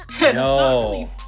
no